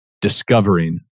discovering